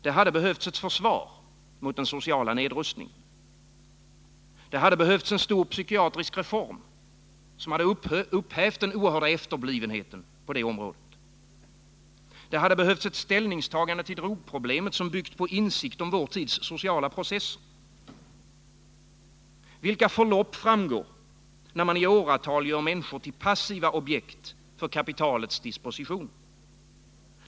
Det hade behövts ett försvar mot den sociala nedrustningen. Det hade behövts en stor psykiatrisk reform, som hade upphävt den oerhörda efterblivenheten på detta område. Det hade behövts ett ställningstagande till drogproblemet, som hade byggt på insikt om vår tids sociala processer. Vilka förlopp framgår, när man i åratal gör människor till passiva objekt för kapitalets dispositioner?